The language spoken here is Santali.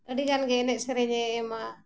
ᱟᱹᱰᱤ ᱜᱟᱱᱜᱮ ᱮᱱᱮᱡ ᱥᱮᱨᱮᱧᱮ ᱮᱢᱟ